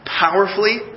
powerfully